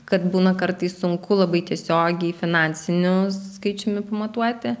kad būna kartais sunku labai tiesiogiai finansiniu skaičiumi pamatuoti